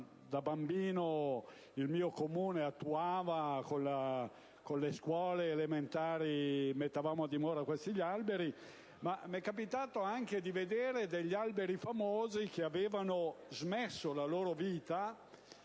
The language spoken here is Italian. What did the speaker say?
alberi che il mio Comune attuava con le scuole elementari mettendoli a dimora, ma mi è capitato anche di vedere degli alberi famosi che avevano smesso la loro vita.